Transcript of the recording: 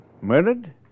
murdered